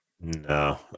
No